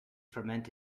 ferment